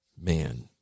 man